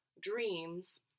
dreams